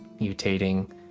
mutating